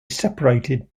separated